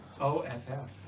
O-F-F